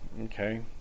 Okay